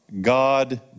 God